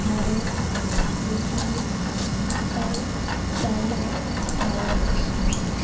Bharat Nepal Pakistan China Bangladesh